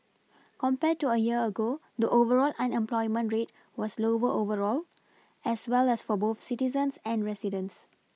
compared to a year ago the overall unemployment rate was lower overall as well as for both citizens and residents